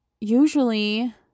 usually